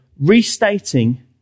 restating